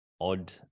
odd